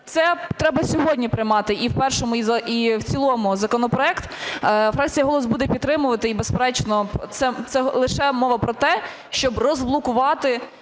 це треба сьогодні приймати і в першому, і в цілому законопроект. Фракція "Голос" буде підтримувати. І безперечно, це лише мова про те, щоб розблокувати